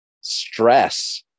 Stress